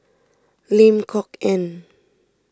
Lim Kok Ann